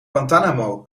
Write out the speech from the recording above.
guantanamo